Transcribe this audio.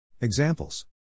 Examples